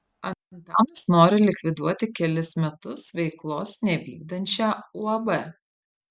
antanas nori likviduoti kelis metus veiklos nevykdančią uab